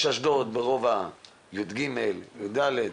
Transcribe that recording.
יש אשדוד ברובע י"ג, י"ד,